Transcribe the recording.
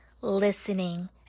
listening